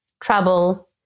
trouble